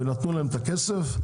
ונתנו להם את הכסף,